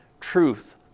truth